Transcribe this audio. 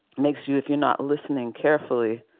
makes you if you're not listening carefully,